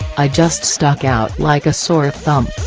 i just stuck out like a sore thumb.